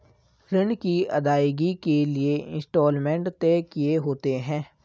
ऋण की अदायगी के लिए इंस्टॉलमेंट तय किए होते हैं